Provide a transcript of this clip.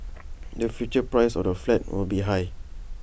the future price of the flat will be high